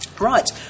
Right